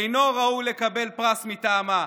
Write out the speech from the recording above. אינו ראוי לקבל פרס מטעמה.